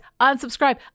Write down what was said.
unsubscribe